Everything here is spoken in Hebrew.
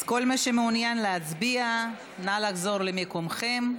כל מי שמעוניין להצביע, נא לחזור למקומכם.